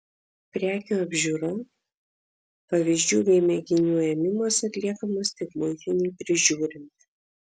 prekių apžiūra pavyzdžių bei mėginių ėmimas atliekamas tik muitinei prižiūrint